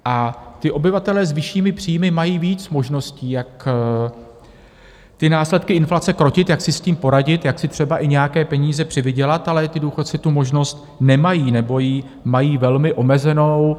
A ti obyvatelé s vyššími příjmy mají víc možností, jak ty následky inflace krotit, jak si s tím poradit, jak si třeba i nějaké peníze přivydělat, ale důchodci tu možnost nemají, nebo ji mají velmi omezenou.